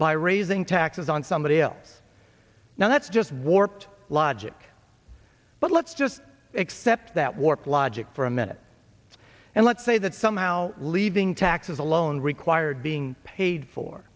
by raising taxes on somebody else now that's just warped logic but let's just accept that warped logic for a minute and let's say that somehow leaving taxes alone required being paid for